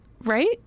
Right